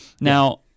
Now